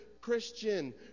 Christian